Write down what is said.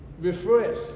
Refresh